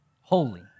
holy